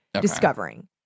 discovering